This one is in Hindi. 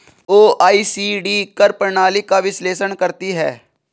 ओ.ई.सी.डी कर प्रणाली का विश्लेषण करती हैं